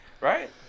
Right